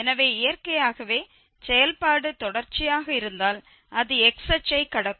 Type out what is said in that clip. எனவே இயற்கையாகவே செயல்பாடு தொடர்ச்சியாக இருந்தால் அது x அச்சை கடக்கும்